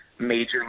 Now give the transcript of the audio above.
Major